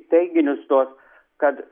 teiginius tuos kad